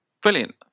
Brilliant